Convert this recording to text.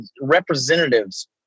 representatives